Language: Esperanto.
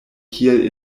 kiel